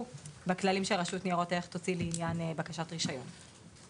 בכללים שרשות ניירות ערך תוציא בעניין בקשת רישיון.